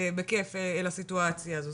בכיף אל הסיטואציה הזאת,